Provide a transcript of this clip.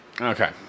Okay